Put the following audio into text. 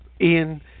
Ian